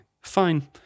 Fine